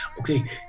okay